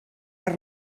per